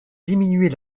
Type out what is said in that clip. diminuer